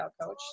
coach